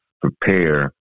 prepare